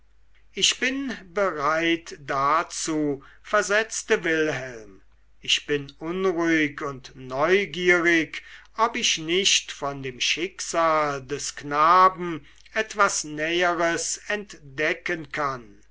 ich bin bereit dazu versetzte wilhelm ich bin unruhig und neugierig ob ich nicht von dem schicksal des knaben etwas näheres entdecken kann